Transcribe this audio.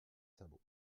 sabot